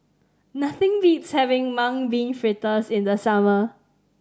nothing beats having Mung Bean Fritters in the summer